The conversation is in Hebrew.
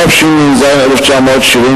התשנ"ז 1997,